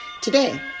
Today